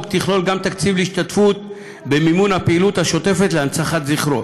תכלול גם תקציב להשתתפות במימון הפעילות השוטפת להנצחת זכרו,